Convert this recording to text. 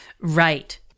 Right